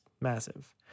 massive